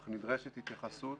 אך נדרשת התייחסות